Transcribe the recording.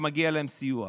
שמגיע להם סיוע.